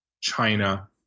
China